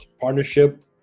partnership